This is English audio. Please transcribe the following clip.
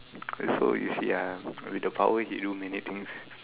so you see ah with the power he do many things